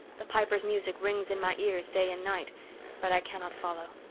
the piper's music rings in my ears day and night but i cannot follow.